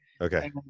okay